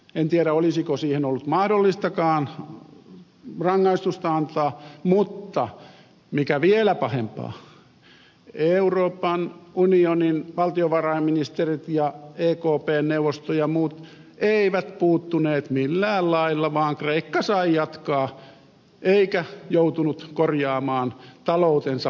en tiedä olisiko siihen ollut mahdollistakaan rangaistusta antaa mutta mikä vielä pahempaa euroopan unionin valtiovarainministerit ja ekpn neuvosto ja muut eivät puuttuneet millään lailla vaan kreikka sai jatkaa eikä joutunut korjaamaan taloutensa perusasioita